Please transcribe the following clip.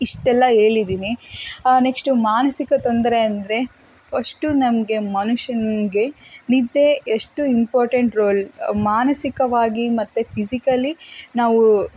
ಇಷ್ಟೆಲ್ಲ ಹೇಳಿದಿನಿ ನೆಕ್ಷ್ಟು ಮಾನಸಿಕ ತೊಂದರೆ ಅಂದರೆ ಫಷ್ಟು ನಮಗೆ ಮನುಷ್ಯನಿಗೆ ನಿದ್ದೆ ಎಷ್ಟು ಇಂಪಾರ್ಟೆಂಟ್ ರೋಲ್ ಮಾನಸಿಕವಾಗಿ ಮತ್ತು ಫಿಝಿಕಲಿ ನಾವು